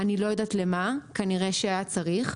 אני לא יודעת למה, כנראה שהיה צריך.